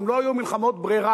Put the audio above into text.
הן לא היו מלחמות ברירה.